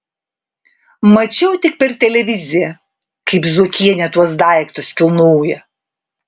mačiau tik per televiziją kaip zuokienė tuos daiktus kilnoja